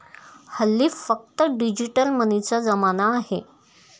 हल्ली फक्त डिजिटल मनीचा जमाना आहे